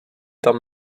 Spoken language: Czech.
tam